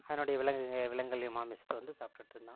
அதனுடைய விலங்கு விலங்குகள்லேயும் மாமிசத்தை வந்து சாப்பிட்டுட்டு இருந்தான்